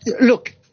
Look